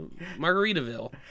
margaritaville